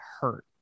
hurt